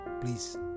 please